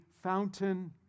fountain